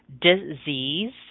disease